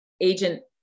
agent